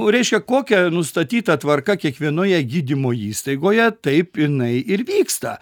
reiškia kokia nustatyta tvarka kiekvienoje gydymo įstaigoje taip jinai ir vyksta